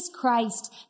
Christ